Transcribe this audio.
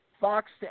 Fox